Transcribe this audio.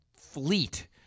fleet